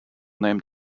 named